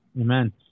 Amen